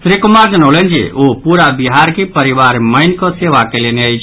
श्री कुमार जनौलनि जे ओ पूरा बिहार के परिवार मानि कऽ सेवा कयलनि अछि